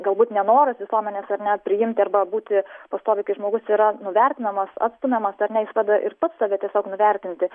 galbūt nenoras visuomenės ar ne priimti arba būti pastoviai kai žmogus yra nuvertinamas atstumiamas ar ne jis pradeda ir pats save tiesiog nuvertinti